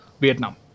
vietnam